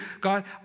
God